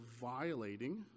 violating